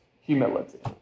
humility